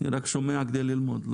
אני רק שומע כדי ללמוד.